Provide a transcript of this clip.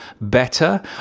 better